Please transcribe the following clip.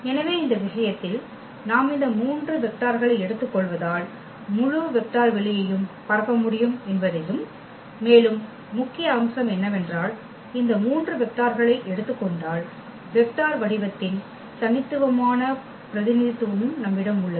எனவே இந்த விஷயத்தில் நாம் இந்த 3 வெக்ட்டார்களை எடுத்துக்கொள்வதால் முழு வெக்டர் வெளியையும் பரப்ப முடியும் என்பதையும் மேலும் முக்கிய அம்சம் என்னவென்றால் இந்த 3 வெக்டார்களை எடுத்துக் கொண்டால் வெக்டர் வடிவத்தின் தனித்துவமான பிரதிநிதித்துவமும் நம்மிடம் உள்ளது